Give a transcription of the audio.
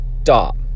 stop